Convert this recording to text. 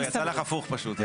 אוקיי, יצא לך הפוך פשוט.